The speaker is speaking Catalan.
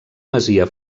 masia